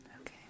Okay